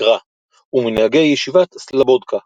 הגר"א ומנהגי ישיבת סלובודקה.